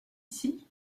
ici